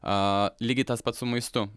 aa lygiai tas pats su maistu